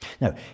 Now